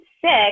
six